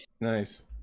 nice